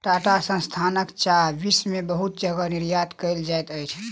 टाटा संस्थानक चाह विश्व में बहुत जगह निर्यात कयल जाइत अछि